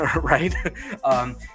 right